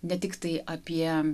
ne tiktai apie